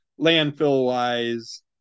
landfill-wise